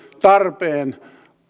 tarpeen